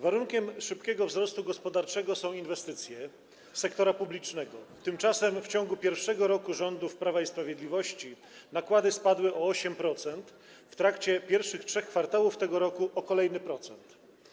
Warunkiem szybkiego wzrostu gospodarczego są inwestycje sektora publicznego, tymczasem w ciągu pierwszego roku rządów Prawa i Sprawiedliwości nakłady spadły o 8%, a w trakcie pierwszych trzech kwartałów tego roku o kolejny procent.